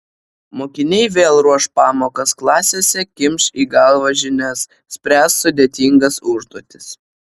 mokiniai vėl ruoš pamokas klasėse kimš į galvą žinias spręs sudėtingas užduotis